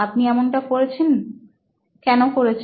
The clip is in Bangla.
আপনি এমনটা কেন করেছেন